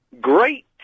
Great